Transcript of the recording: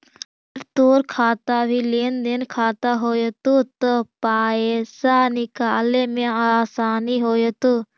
अगर तोर खाता भी लेन देन खाता होयतो त पाइसा निकाले में आसानी होयतो